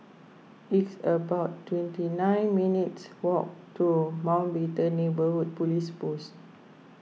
it's about twenty nine minutes' walk to Mountbatten Neighbourhood Police Post